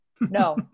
No